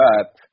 up